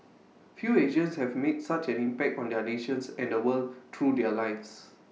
few Asians have made such an impact on their nations and the world through their lives